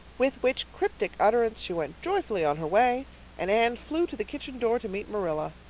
with which cryptic utterance she went joyfully on her way and anne flew to the kitchen door to meet marilla.